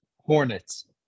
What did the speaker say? Hornets